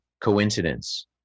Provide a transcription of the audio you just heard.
coincidence